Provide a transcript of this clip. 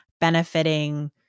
benefiting